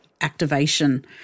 activation